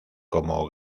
como